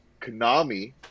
Konami